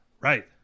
Right